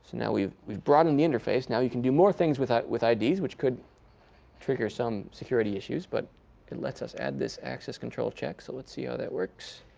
now we've we've brought in the interface. now we can do more things with the id, which could trigger some security issues. but it lets us add this access control check, so let's see how that works,